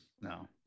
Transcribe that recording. No